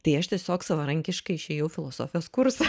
tai aš tiesiog savarankiškai išėjau filosofijos kursą